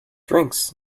drinks